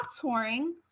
touring